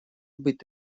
быть